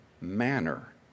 manner